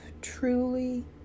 truly